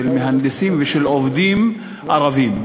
של מהנדסים ושל עובדים ערבים.